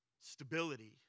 stability